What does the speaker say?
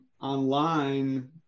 online